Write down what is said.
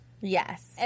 Yes